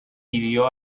pidió